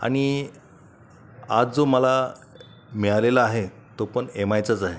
आणि आज जो मला मिळालेला आहे तो पण एम आयचाच आहे